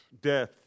death